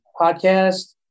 Podcast